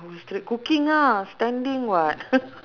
hours straight cooking ah standing [what]